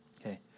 okay